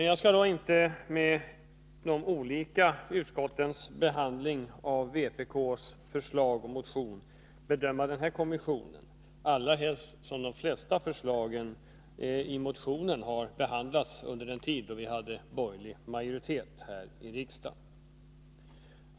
Jag skall dock inte bedöma den här kommissionen utifrån de olika utskottens behandling av vpk:s förslag och motion, allra helst som de flesta förslagen i motionen behandlades under den tid då vi hade en borgerlig majoritet här i riksdagen.